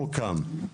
מוקם.